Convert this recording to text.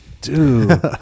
Dude